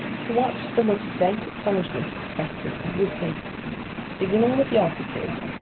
to watch the look of blank astonishment expressed in every face beginning with the officers,